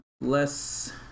less